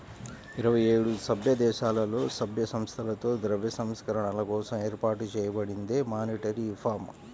ఇరవై ఏడు సభ్యదేశాలలో, సభ్య సంస్థలతో ద్రవ్య సంస్కరణల కోసం ఏర్పాటు చేయబడిందే మానిటరీ రిఫార్మ్